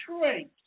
shrink